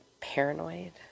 paranoid